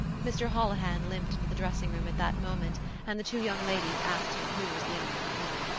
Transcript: mr. holohan limped into the dressing-room at that moment and the two young ladies asked him who was the unknown woman.